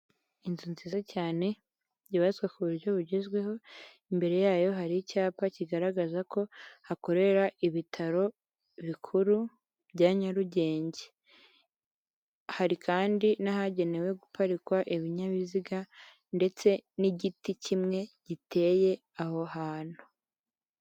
Inzu nziza cyane byibazwa ku buryo bugezweho, imbere yayo hari icyapa kigaragaza ko hakorera ibitaro bikuru bya nyarugenge. Hari kandi n'ahagenewe guparikwa ibinyabiziga ndetse n'igiti kimwe giteye aho hantu.